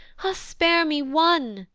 ah! spare me one,